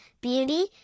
beauty